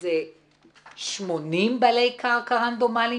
זה 80 בעלי קרקע רנדומליים